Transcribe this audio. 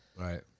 Right